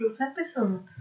episode